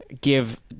give